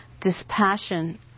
dispassion